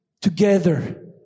together